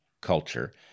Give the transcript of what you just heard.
culture